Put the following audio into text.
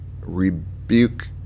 rebuke